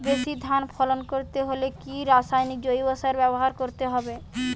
বেশি ধান ফলন করতে হলে কি রাসায়নিক জৈব সার ব্যবহার করতে হবে?